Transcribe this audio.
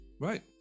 right